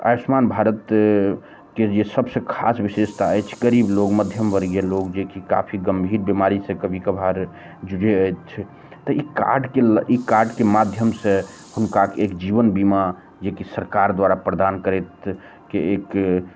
आयुष्मान भारतके जे सबसे खास विशेषता अइछ गरीब लोग मध्यम वर्गीय लोग जेकि काफी गम्भीर बीमारी से कभी कभार जुझे अइछ तऽ ई कार्डके ई कार्डके माध्यमसऽ हुनकाके एक जीवन बीमा जेकि सरकार द्वारा प्रदान करैत एक